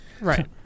Right